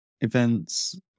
events